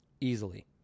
Easily